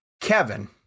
Kevin